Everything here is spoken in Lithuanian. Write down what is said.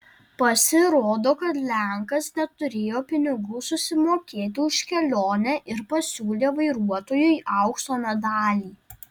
pasirodo kad lenkas neturėjo pinigų susimokėti už kelionę ir pasiūlė vairuotojui aukso medalį